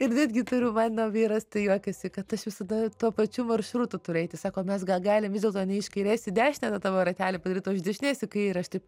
ir netgi turiu mano vyras juokiasi kad aš visada tuo pačiu maršrutu turiu eiti sako mes gal galime vis dėlto ne iš kairės į dešinę tą tavo ratelį padaryt o iš dešinės į kairę aš taip